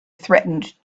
threatened